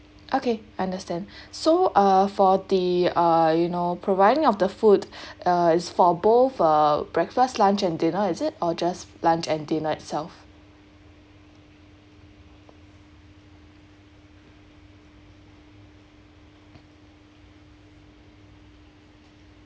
okay understand so uh for the err you know providing of the food uh is for both uh breakfast lunch and dinner is it or just lunch and dinner itself